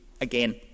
again